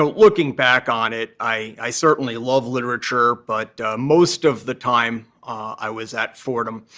um looking back on it, i certainly love literature, but most of the time i was at fordham,